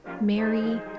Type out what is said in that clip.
Mary